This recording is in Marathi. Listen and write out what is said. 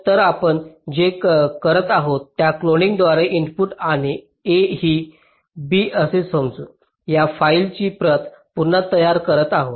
तर आपण जे करत आहोत त्या क्लोनिंगद्वारे इनपुट आणि A ही B असे समजू या फाईलची प्रत पुन्हा तयार करत आहोत